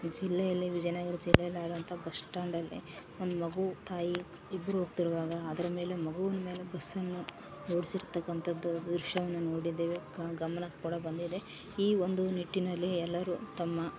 ಜಿಲ್ಲೆಯಲ್ಲಿ ವಿಜಯನಗರ ಜಿಲ್ಲೆಯಲ್ಲಿ ಆಗುವಂಥ ಬಸ್ ಸ್ಟ್ಯಾಂಡಲ್ಲಿ ಒಂದು ಮಗು ತಾಯಿ ಇಬ್ಬರು ಹೋಗ್ತಿರುವಾಗ ಅದರಮೇಲೆ ಮಗೂನ ಮೇಲೆ ಬಸ್ಸನ್ನು ಓಡಿಸಿರ್ತಕ್ಕಂಥದ್ದು ದೃಶ್ಯವನ್ನ ನೋಡಿದ್ದೇವೆ ಕ ಗಮನ ಕೂಡ ಬಂದಿದೆ ಈ ಒಂದು ನಿಟ್ಟಿನಲ್ಲಿ ಎಲ್ಲರು ತಮ್ಮ